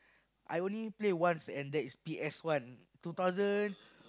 I only play once and that is P_S-one two thousand